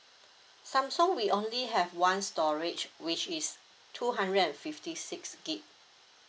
samsung we only have one storage which is two hundred and fifty six gig